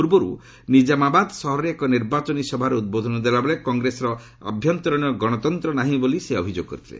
ପୂର୍ବରୁ ନିଜାମାବାଦ୍ ସହରରେ ଏକ ନିର୍ବାଚନୀ ସଭାରେ ଉଦ୍ବୋଧନ ଦେଲାବେଳେ କଂଗ୍ରେସର ଆଭ୍ୟନ୍ତରୀଣ ଗଣତନ୍ତ୍ର ନାହିଁ ବୋଲି ଅଭିଯୋଗ କରିଥିଲେ